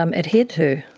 um adhered to.